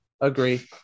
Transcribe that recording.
Agree